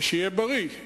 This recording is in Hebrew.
שיהיה בריא.